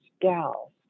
gal